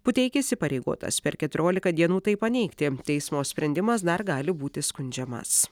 puteikis įpareigotas per keturiolika dienų tai paneigti teismo sprendimas dar gali būti skundžiamas